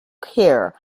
care